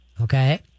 Okay